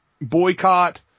boycott